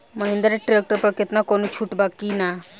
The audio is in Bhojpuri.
महिंद्रा ट्रैक्टर पर केतना कौनो छूट बा कि ना?